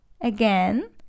Again